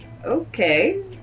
Okay